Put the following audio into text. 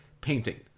painting